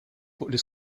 fuq